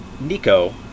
Nico